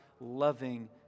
loving